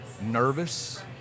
nervous